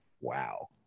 Wow